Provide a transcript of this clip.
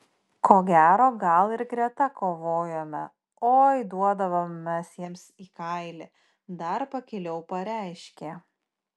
ko gero gal ir greta kovojome oi duodavome mes jiems į kailį dar pakiliau pareiškė